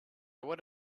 would